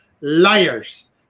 liars